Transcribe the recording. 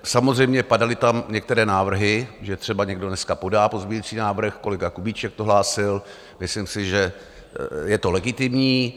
Samozřejmě padaly tam některé návrhy, že třeba někdo dneska podá pozměňující návrh, kolega Kubíček to hlásil, myslím si, že je to legitimní.